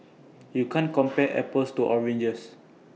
you can't compare apples to oranges